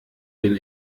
den